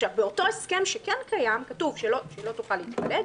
באותו הסכם שקיים כתוב שהיא לא תוכל להתפלג,